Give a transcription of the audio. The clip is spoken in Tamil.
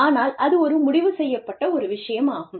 ஆனால் அது ஒரு முடிவு செய்யப்பட்ட ஒரு விஷயம் ஆகும்